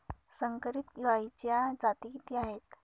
संकरित गायीच्या जाती किती आहेत?